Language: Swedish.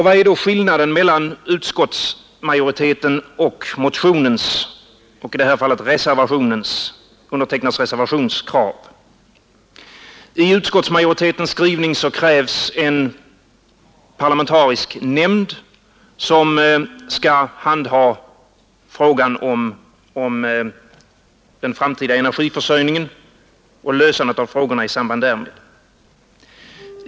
Vad är då skillnaden mellan utskottsmajoritetens mening och motionens och i detta fall mina krav i reservationen? I utskottsmajoritetens skrivning krävs en parlamentarisk nämnd som skall handha frågan om den framtida energiförsörjningen och lösandet av frågorna i samband därmed.